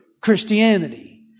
Christianity